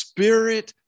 Spirit